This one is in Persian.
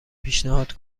پیشنهاد